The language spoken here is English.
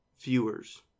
viewers